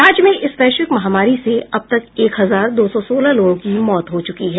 राज्य में इस वैश्विक महामारी से अब तक एक हजार दो सौ सोलह लोगों की मौत हो चुकी है